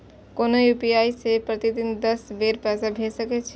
कोनो यू.पी.आई सं प्रतिदिन दस बेर पैसा भेज सकै छी